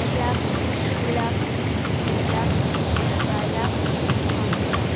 এক লাখ দু লাখ তিন লাখ চার লাখ পাঁচ লাখ